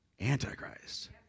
Antichrist